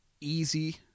easy